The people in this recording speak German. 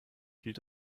hielt